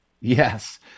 yes